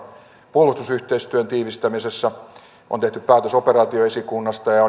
puolustusyhteistyön tiivistämisessä on tehty päätös operaatioesikunnasta ja ja